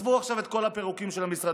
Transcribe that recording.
עזבו עכשיו את כל הפירוקים של המשרדים.